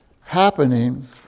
happening